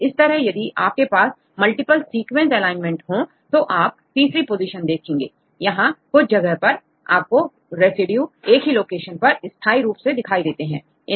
तो इस तरह यदि आपके पास मल्टीपल सीक्वेंस एलाइनमेंट हो तो आप तीसरी पोजीशन देखेंगे यहां कुछ जगह पर आपको रेसिड्यू एक ही लोकेशन पर स्थाई रूप से दिखाई देंगे